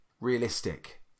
realistic